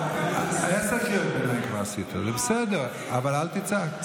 אני בקריאת ביניים, מה קרה, בסדר, אבל אל תצעק.